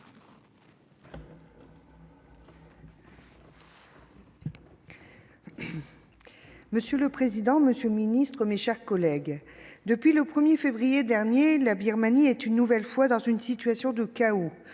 Monsieur le président, monsieur le ministre, mes chers collègues, depuis le 1 février dernier, la Birmanie est, une nouvelle fois, dans une situation de chaos.